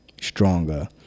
stronger